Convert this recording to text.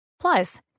Plus